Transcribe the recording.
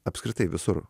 apskritai visur